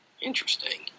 Interesting